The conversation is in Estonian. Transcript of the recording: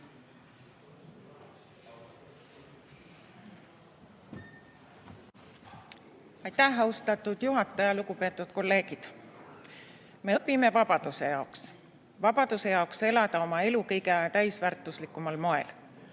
Aitäh, austatud juhataja! Lugupeetud kolleegid! Me õpime vabaduse jaoks – see on vabadus elada oma elu kõige täisväärtuslikumal moel.